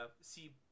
see